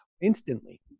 instantly